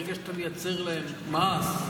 ברגע שאתה מייצר מעש,